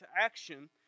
action